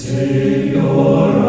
Savior